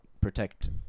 protect